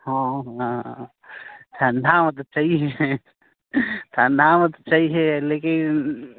हॅं ने ठण्डा मे तऽ छहिए ठण्डा मे तऽ छहिए लेकिन